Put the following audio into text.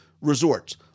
resorts